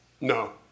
No